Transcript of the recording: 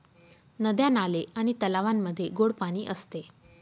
नद्या, नाले आणि तलावांमध्ये गोड पाणी असते